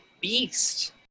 beast